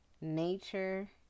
nature